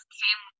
came